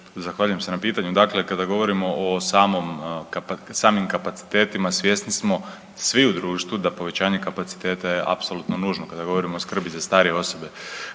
zahvaljujem se na pitanju. Dakle, kada govorimo o samom, samim kapacitetima svjesni smo svi u društvu da povećanje kapaciteta je apsolutno nužno kada govorimo o skrbi za starije osobe,